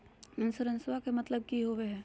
इंसोरेंसेबा के मतलब की होवे है?